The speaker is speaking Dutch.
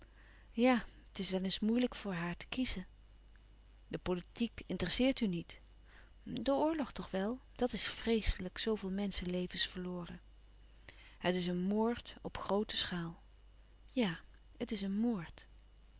ja het is wel eens moeilijk voor haar te kiezen de politiek interesseert u niet de oorlog toch wel dat is vreeslijk zooveel menschenlevens verloren het is een moord op groote schaal ja het is een moord